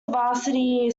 varsity